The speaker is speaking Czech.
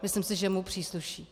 Myslím si, že mu přísluší.